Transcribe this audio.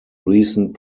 recent